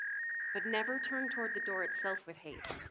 but never turn toward the door itself with hate,